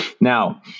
Now